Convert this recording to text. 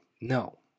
No